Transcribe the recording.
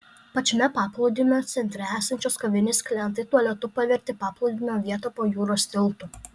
pačiame paplūdimio centre esančios kavinės klientai tualetu pavertė paplūdimio vietą po jūros tiltu